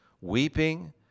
weeping